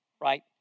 right